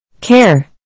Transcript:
Care